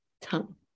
tongue